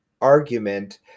argument